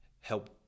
help